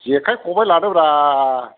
जेखाय खबाय लादो ब्रा